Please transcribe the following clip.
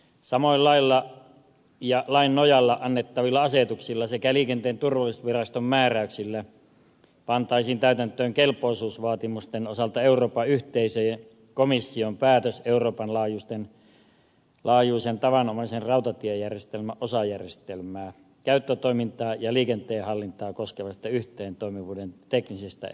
samoin lailla ja lain nojalla annettavilla asetuksilla sekä liikenteen turvallisuusviraston määräyksillä pantaisiin täytäntöön kelpoisuusvaatimusten osalta euroopan yhteisöjen komission päätös euroopan laajuisen tavanomaisen rautatiejärjestelmän osajärjestelmää käyttötoiminta ja liikenteen hallinta koskevasta yhteentoimivuuden teknisestä eritelmästä